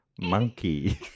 Monkey